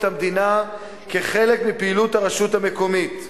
המדינה כחלק מפעילות הרשות המקומית.